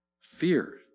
Fear